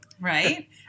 Right